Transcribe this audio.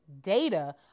data